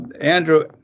Andrew